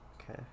Okay